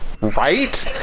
right